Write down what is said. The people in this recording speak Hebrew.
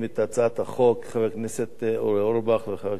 חבר הכנסת אורי אורבך וחברת הכנסת ציפי חוטובלי,